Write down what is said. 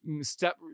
step